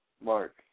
Mark